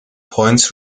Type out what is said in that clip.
points